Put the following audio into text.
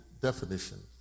definition